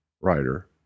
writer